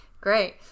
Great